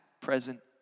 present